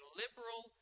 liberal